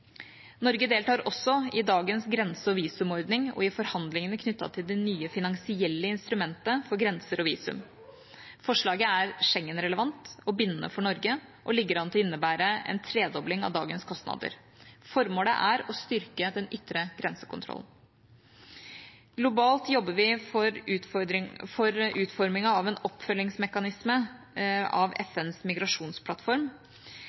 Norge deltar også i dagens grense- og visumordning og i forhandlingene knyttet til det nye finansielle instrumentet for grenser og visum. Forslaget er Schengen-relevant og bindende for Norge og ligger an til å innebære en tredobling av dagens kostnader. Formålet er å styrke den ytre grensekontroll. Globalt jobber vi for utformingen av en oppfølgingsmekanisme av